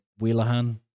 Wheelahan